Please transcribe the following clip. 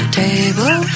table